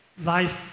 Life